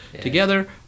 together